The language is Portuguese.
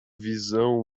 visão